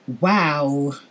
Wow